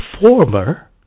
former